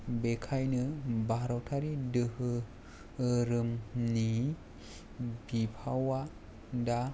बेखायनो भारतारि दोहोरोमनि बिफावा दा